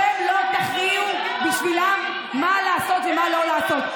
אתם לא תכריעו בשבילם מה לעשות ומה לא לעשות.